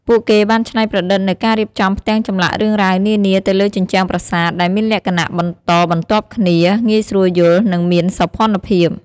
ពួកគេបានច្នៃប្រឌិតនូវការរៀបចំផ្ទាំងចម្លាក់រឿងរ៉ាវនានាទៅលើជញ្ជាំងប្រាសាទ ដែលមានលក្ខណៈបន្តបន្ទាប់គ្នា ងាយស្រួលយល់ និងមានសោភ័ណភាព។